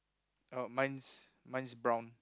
oh mine's mine's brown